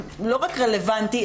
לא רק רלוונטי,